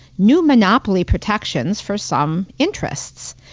new monopoly protections for some interests,